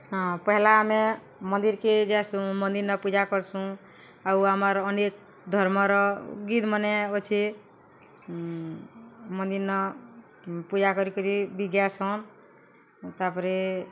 ହଁ ପହେଲା ଆମେ ମନ୍ଦିର୍କେ ଯାଏସୁଁ ମନ୍ଦିର୍ନ ପୂଜା କର୍ସୁଁ ଆଉ ଆମର୍ ଅନେକ୍ ଧର୍ମର ଗୀତ୍ମାନେ ଅଛେ ମନ୍ଦିର୍ନ ପୂଜା କରିକରି ବି ଗାଏସନ୍ ତା'ପରେ